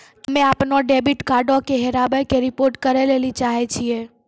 हम्मे अपनो डेबिट कार्डो के हेराबै के रिपोर्ट करै लेली चाहै छियै